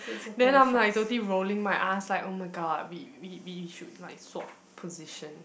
then I'm like totally rolling my eyes like oh my god we we we should like swap position